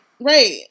Right